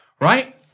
right